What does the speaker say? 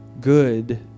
good